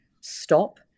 stop